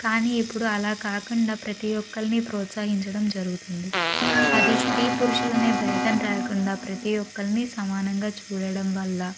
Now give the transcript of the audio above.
కానీ ఇప్పుడు అలా కాకుండా ప్రతి ఒక్కరిని ప్రోత్సహించడం జరుగుతుంది అది స్త్రీ పురుషులనే భేదం లేకుండా ప్రతి ఒక్కరిని సమానంగా చూడడం వల్ల